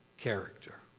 Character